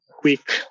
quick